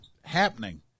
happening